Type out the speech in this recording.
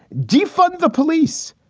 defunct the police,